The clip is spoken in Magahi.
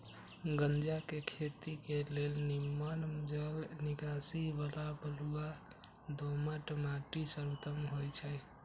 गञजा के खेती के लेल निम्मन जल निकासी बला बलुआ दोमट माटि सर्वोत्तम होइ छइ